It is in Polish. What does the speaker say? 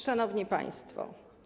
Szanowni Państwo!